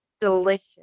Delicious